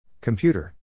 Computer